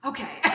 Okay